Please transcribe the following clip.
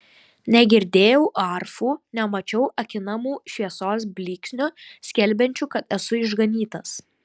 negirdėjau arfų nemačiau akinamų šviesos blyksnių skelbiančių kad esu išganytas